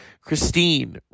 Christine